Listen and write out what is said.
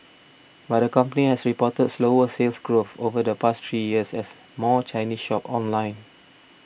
but the company has reported slower Sales Growth over the past three years as more Chinese shop online